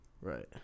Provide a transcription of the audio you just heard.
right